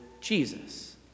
Jesus